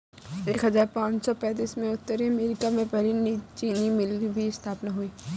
एक हजार पाँच सौ पैतीस में उत्तरी अमेरिकी में पहली चीनी मिल की स्थापना हुई